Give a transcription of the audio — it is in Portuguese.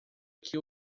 que